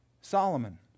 Solomon